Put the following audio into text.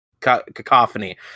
Cacophony